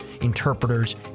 interpreters